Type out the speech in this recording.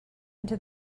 into